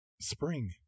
spring